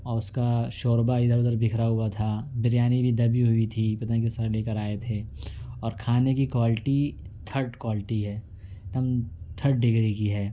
او اس کو شوربا ادھر ادھر بکھرا ہوا تھا بریانی بھی دبی ہوئی تھی پتہ نہیں کس طرح لے کر آئے تھے اور کھانے کی کوالٹی تھرڈ کوالٹی ہے ایک دم تھرڈ ڈگری کی ہے